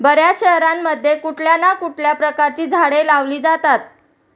बर्याच शहरांमध्ये कुठल्या ना कुठल्या प्रकारची झाडे लावली जातात